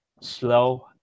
Slow